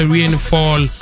Rainfall